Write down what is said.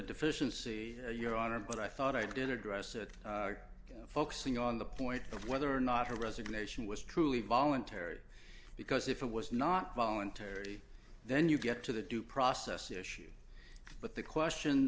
deficiency your honor but i thought i did address it focusing on the point of whether or not her resignation was truly voluntary because if it was not voluntary then you get to the due process issue but the question